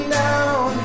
down